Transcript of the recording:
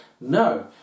no